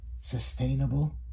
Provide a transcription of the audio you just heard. sustainable